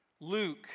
Luke